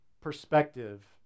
perspective